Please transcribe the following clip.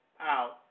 out